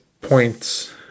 points